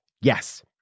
yes